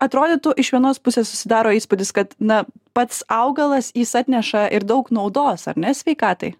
atrodytų iš vienos pusės susidaro įspūdis kad na pats augalas jis atneša ir daug naudos ar ne sveikatai